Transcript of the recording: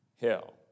hell